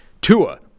Tua